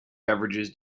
beverages